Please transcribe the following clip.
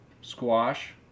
squash